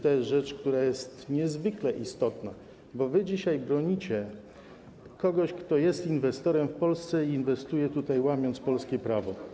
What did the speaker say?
To jest rzecz niezwykle istotna, bo wy dzisiaj bronicie kogoś, kto jest inwestorem w Polsce i inwestuje tutaj, łamiąc polskie prawo.